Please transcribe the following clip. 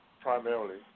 Primarily